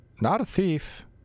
not-a-thief